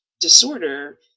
disorder